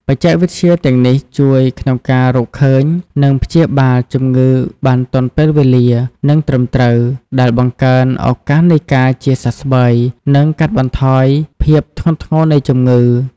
បច្ចេកវិទ្យាទាំងនេះជួយក្នុងការរកឃើញ និងព្យាបាលជំងឺបានទាន់ពេលវេលា និងត្រឹមត្រូវ ដែលបង្កើនឱកាសនៃការជាសះស្បើយ និងកាត់បន្ថយភាពធ្ងន់ធ្ងរនៃជំងឺ។